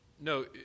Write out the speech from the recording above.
no